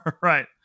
Right